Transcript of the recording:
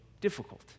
difficult